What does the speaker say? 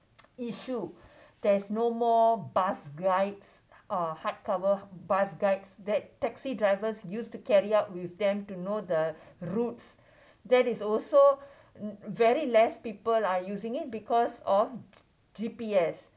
issue there's no more bus guides uh hardcover bus guides that taxi drivers used to carry out with them to know the routes that is also very less people are using it because of G_P_S